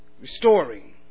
Restoring